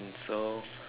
so